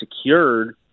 secured –